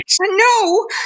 No